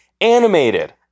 animated